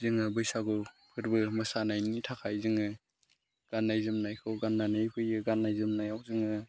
जोङो बैसागु फोरबो मोसानायनि थाखाय जोङो गाननाय जोमनायखौ गाननानै फैयो गाननाय जोमनायाव जोङो